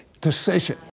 decision